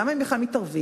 למה הם בכלל מתערבים?